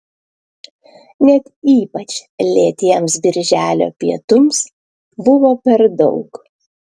net ypač lėtiems birželio pietums buvo per daug